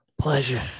Pleasure